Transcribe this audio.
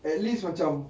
at least macam